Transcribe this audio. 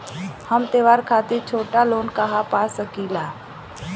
हम त्योहार खातिर छोटा लोन कहा पा सकिला?